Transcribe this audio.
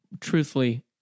Truthfully